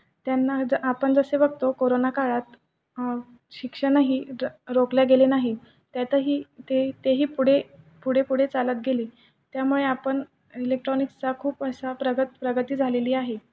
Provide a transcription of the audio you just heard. त्यांना आपण जसे बघतो कोरोना काळात शिक्षणही रोखले गेले नाही त्यातही ते तेही पुढे पुढेपुढे चालत गेले त्यामुळे आपण इलेक्ट्रॉनिक्सचा खूप असा प्रगत प्रगती झालेली आहे